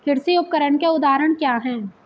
कृषि उपकरण के उदाहरण क्या हैं?